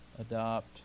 Adopt